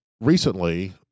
recently